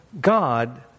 God